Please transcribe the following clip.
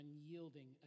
unyielding